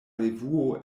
revuo